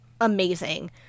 amazing